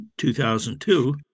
2002